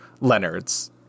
Leonard's